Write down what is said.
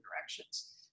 directions